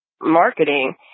marketing